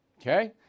Okay